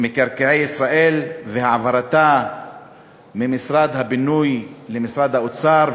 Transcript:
מקרקעי ישראל והעברתה ממשרד הבינוי למשרד האוצר,